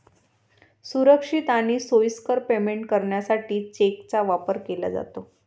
सुरक्षित आणि सोयीस्कर पेमेंट करण्यासाठी चेकचा वापर केला जातो